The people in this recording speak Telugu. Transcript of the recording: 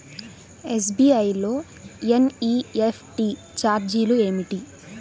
ఎస్.బీ.ఐ లో ఎన్.ఈ.ఎఫ్.టీ ఛార్జీలు ఏమిటి?